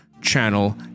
channel